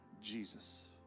Jesus